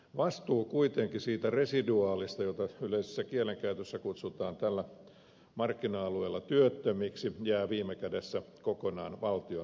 vastuu kuitenkin siitä residuaalista jota yleisessä kielenkäytössä kutsutaan tällä markkina alueella työttömiksi jää viime kädessä kokonaan valtion vastattavaksi